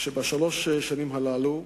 בשלוש השנים הללו,